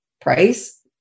price